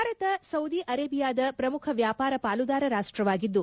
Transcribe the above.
Bharat Saudi ಅರೇಬಿಯಾದ ಪ್ರಮುಖ ವ್ಯಾಪಾರ ಪಾಲುದಾರ ರಾಷ್ಟವಾಗಿದ್ದು